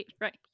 right